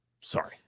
Sorry